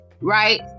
right